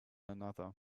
another